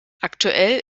aktuell